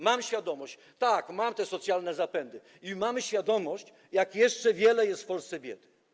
Mam świadomość - tak, mam te socjalne zapędy - i mamy świadomość, jak jeszcze wiele jest w Polsce biedy.